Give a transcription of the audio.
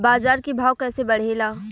बाजार के भाव कैसे बढ़े ला?